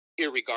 irregardless